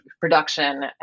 production